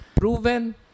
proven